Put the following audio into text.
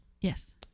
Yes